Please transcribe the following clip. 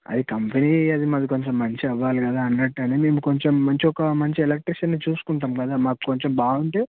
అది కంపెనీ అది మాది కొంచెం మంచిగా అవ్వాలి కదా అన్నట్టు అని నేను కొంచెం మంచిగా ఒక మంచి ఎలక్ట్రీషియన్ని చూసుకుంటాం కదా మాకు కొంచెం బాగుంటే